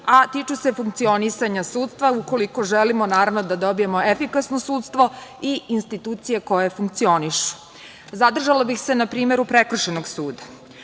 a tiču se funkcionisanja sudstva, ukoliko želimo, naravno, da dobijemo efikasno sudstvo i institucije koje funkcionišu. Zadržala bih se na primeru Prekršajnog suda.